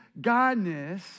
godness